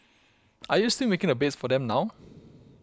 are you still making the beds for them now